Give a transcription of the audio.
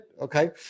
Okay